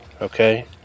okay